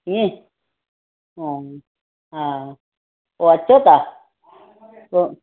ईअं हा हा पोइ अचो था पोइ